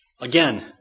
Again